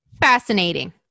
Fascinating